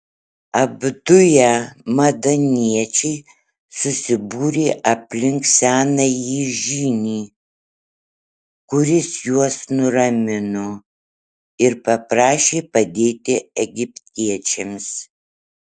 apduję madianiečiai susibūrė aplink senąjį žynį kuris juos nuramino ir paprašė padėti egiptiečiams